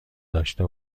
داشته